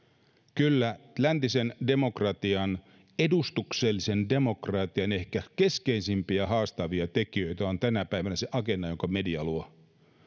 kyllä läntisen demokratian edustuksellisen demokratian ehkä keskeisimpiä haastavia tekijöitä on tänä päivänä se agenda jonka media luo